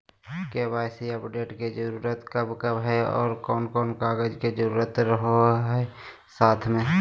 KYC update के जरूरत कब कब है और कौन कौन कागज के जरूरत रहो है साथ में?